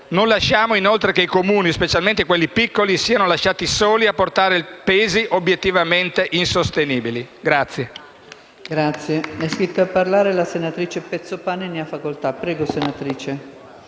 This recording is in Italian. Non lasciamo inoltre che i Comuni, specialmente quelli piccoli, siano lasciati soli a portare pesi obiettivamente insostenibili.